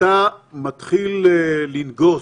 כשאתה מתחיל לנגוס